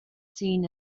seen